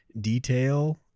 detail